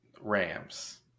Rams